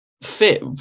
fit